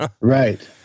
Right